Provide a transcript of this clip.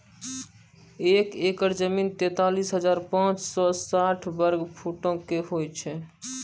एक एकड़ जमीन, तैंतालीस हजार पांच सौ साठ वर्ग फुटो के होय छै